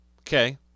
Okay